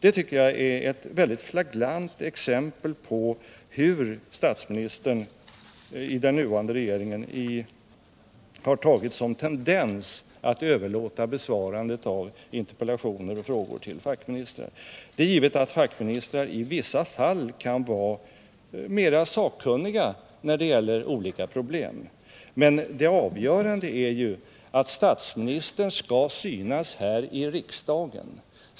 Detta är ett flagrant exempel på den nuvarande statsministerns tendens att överlåta besvarandet av interpellationer och frågor till fackministrar. Det är givet att fackministrar i vissa fall kan vara mera sakkunniga när det gäller olika problem. Men det avgörande är att statsministern skall synas här i riksdagen.